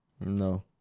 No